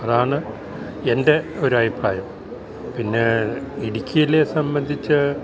അതാണ് എൻ്റെ ഒരു അഭിപ്രായം പിന്നെ ഇട്ക്കീലേ സമ്പന്ധിച്ച്